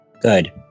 Good